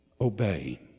Obey